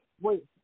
Wait